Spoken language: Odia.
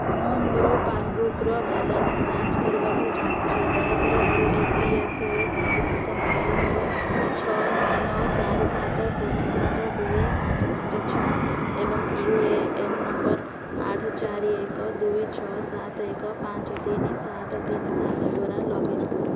ମୁଁ ମୋର ପାସ୍ବୁକ୍ର ବାଲାନ୍ସ ଯାଞ୍ଚ କରିବାକୁ ଚାହୁଁଛି ଦୟାକରି ମୋର ଇ ପି ଏଫ୍ ଓ ପଞ୍ଜୀକୃତ ମୋବାଇଲ୍ ନମ୍ବର୍ ଛଅ ନଅ ନଅ ଚାରି ସାତ ଶୂନ ସାତ ଦୁଇ ପାଞ୍ଚ ପାଞ୍ଚ ଛଅ ଏବଂ ୟୁ ଏ ଏନ୍ ନମ୍ବର୍ ଆଠ ଚାରି ଏକ ଦୁଇ ଛଅ ସାତ ଏକ ପାଞ୍ଚ ତିନି ସାତ ତିନି ସାତ ଦ୍ଵାରା ଲଗ୍ଇନ୍ କର